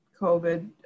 COVID